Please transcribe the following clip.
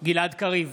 גלעד קריב,